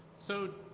so,